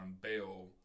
bail